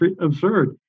absurd